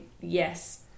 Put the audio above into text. yes